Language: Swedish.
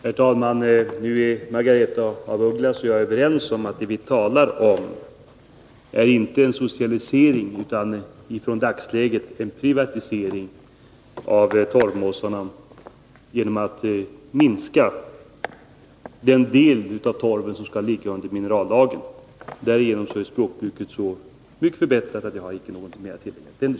Herr talman! Margaretha af Ugglas och jag är nu överens om att inte tala om en socialisering utan om en privatisering av torvmossarna genom att minska den del av torven som skall ligga under minerallagen. Därmed är språkbruket så förbättrat att jag inte har något att tillägga.